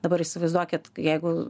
dabar įsivaizduokit jeigu